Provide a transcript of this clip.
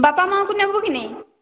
ବାପା ମାଙ୍କୁ ନେବୁ କି ନାହିଁ